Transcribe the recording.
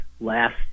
last